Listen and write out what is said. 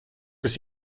kas